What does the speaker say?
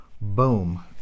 boom